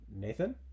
Nathan